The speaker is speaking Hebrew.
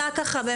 זה